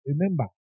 Remember